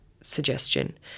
suggestion